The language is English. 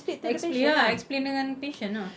explain ah explain dengan patient ah